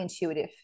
intuitive